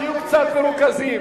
רבותי, תהיו קצת מרוכזים.